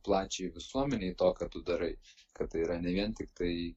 plačiai visuomenei to ką tu darai kad tai yra ne vien tiktai